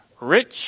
rich